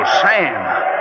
Sam